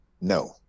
no